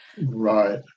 right